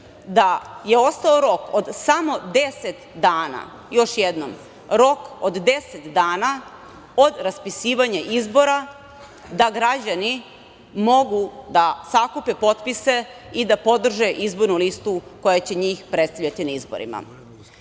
da je ostao rok od samo 10 dana, još jednom, rok od 10 dana od raspisivanja izbora da građani mogu da sakupe potpise i da podrže izbornu listu koja će njih predstavljati na izborima. Ovaj